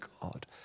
God